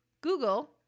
Google